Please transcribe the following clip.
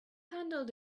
handled